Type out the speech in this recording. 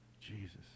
Jesus